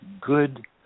good